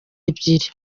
ebyiri